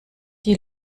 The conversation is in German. die